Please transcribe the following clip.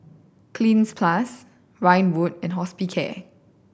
Cleanz Plus Ridwind and Hospicare